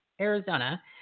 Arizona